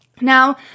Now